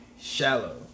Shallow